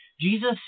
Jesus